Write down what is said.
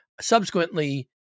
Subsequently